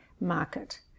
market